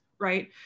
right